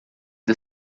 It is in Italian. the